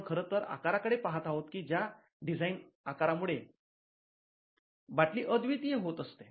आपण खरंतर आकार कडे पहात आहोत की ज्या डिझाईन आकार मुळे बाटली अद्वितीय होत असते